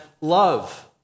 love